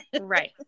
Right